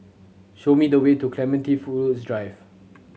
show me the way to Clementi Fool Woods Drive